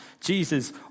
Jesus